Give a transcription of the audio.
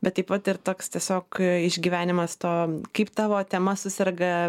bet taip pat ir toks tiesiog išgyvenimas to kaip tavo tema suserga